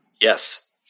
yes